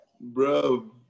bro